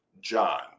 John